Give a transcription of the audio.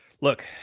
look